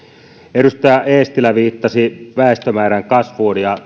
edustaja eestilä viittasi väestömäärän kasvuun ja